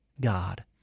God